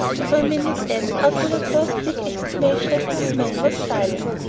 for a minute anne, after her first quick exclamation of dismay, was silent.